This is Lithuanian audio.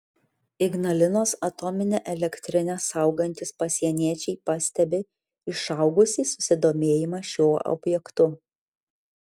ignalinos atominę elektrinę saugantys pasieniečiai pastebi išaugusį susidomėjimą šiuo objektu